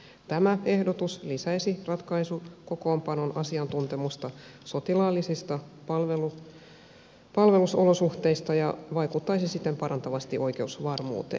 tämä ehdotus lisäisi ratkaisukokoonpanon asiantuntemusta sotilaallisista palvelusolosuhteista ja vaikuttaisi siten parantavasti oikeusvarmuuteen